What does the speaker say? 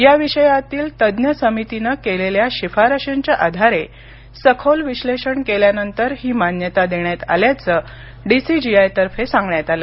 या विषयातील तज्ज्ञ समितीने केलेल्या शिफारशीच्या आधारे सखोल विश्लेषण केल्यानंतर ही मान्यता देण्यात आल्याचं डी सी जी आय तर्फे सांगण्यात आलं